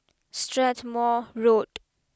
Strathmore Road